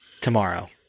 tomorrow